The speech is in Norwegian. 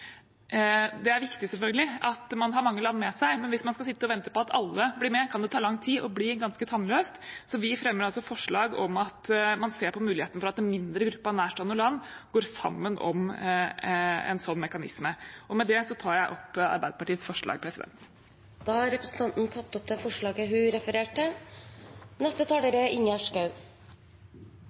Det er viktig, selvfølgelig, at man har mange land med seg, men hvis man skal sitte og vente på at alle blir med, kan det ta lang tid og bli ganske tannløst. Så vi fremmer forslag om at man ser på muligheten for at en mindre gruppe av nærstående land går sammen om en sånn mekanisme. Med det tar jeg opp Arbeiderpartiets forslag. Representanten Marianne Marthinsen har tatt opp det forslaget hun refererte til.